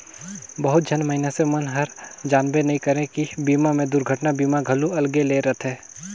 बहुत झन मइनसे मन हर जानबे नइ करे की बीमा मे दुरघटना बीमा घलो अलगे ले रथे